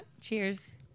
Cheers